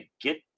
get